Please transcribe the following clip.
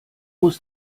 muss